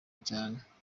cyane